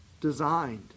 designed